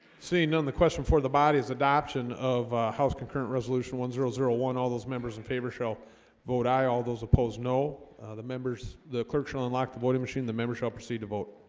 seeing none the question before the body is adoption of house concurrent resolution one zero zero one all those members in favor shall vote aye all those opposed no the members the clerk shall unlock the voting machine the members shall proceed to vote